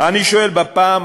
אני שואל בפעם